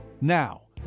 Now